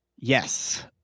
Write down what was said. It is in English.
Yes